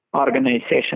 organization